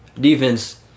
defense